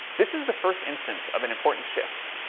this is the first instance of an important shift,